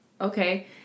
Okay